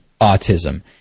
autism